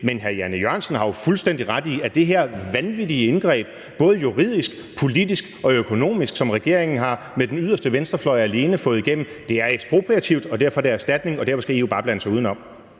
Men hr. Jan E. Jørgensen har jo fuldstændig ret i, at det her vanvittige indgreb både juridisk, politisk og økonomisk – som regeringen alene med den yderste venstrefløj har fået igennem – er ekspropriativt, og derfor er det erstatning, og derfor skal EU bare blande sig udenom.